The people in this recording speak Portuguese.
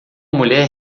mulher